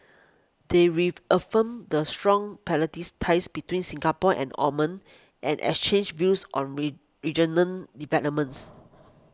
they reaffirmed the strong ties between Singapore and Oman and exchanged views on read regional developments